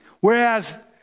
Whereas